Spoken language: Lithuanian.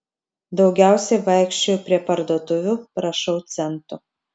daugiausiai vaikščioju prie parduotuvių prašau centų